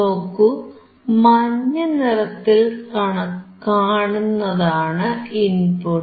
നോക്കൂ മഞ്ഞനിറത്തിൽ കാണുന്നതാണ് ഇൻപുട്ട്